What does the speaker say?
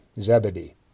Zebedee